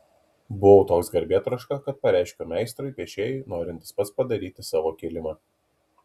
buvau toks garbėtroška kad pareiškiau meistrui piešėjui norintis pats padaryti savo kilimą